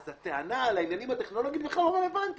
אז הטענה על העניינים הטכנולוגיים בכלל לא רלוונטית.